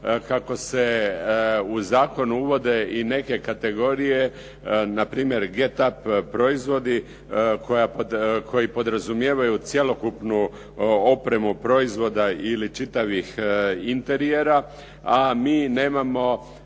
kako se u zakon uvode i neke kategorije npr. "get up" proizvodi koji podrazumijevaju cjelokupnu opremu proizvoda ili čitavih interijera, a mi nemamo